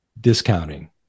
discounting